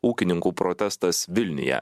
ūkininkų protestas vilniuje